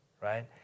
right